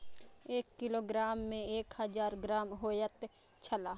एक किलोग्राम में एक हजार ग्राम होयत छला